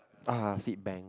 ah seed bank